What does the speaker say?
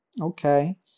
Okay